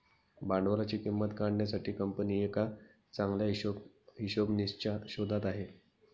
भांडवलाची किंमत काढण्यासाठी कंपनी एका चांगल्या हिशोबनीसच्या शोधात आहे